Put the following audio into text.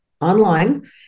online